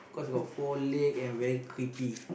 cause got four leg and very creepy